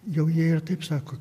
jau jie ir taip sako